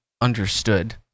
understood